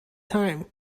time